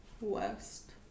west